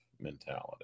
mentality